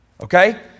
Okay